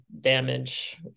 damage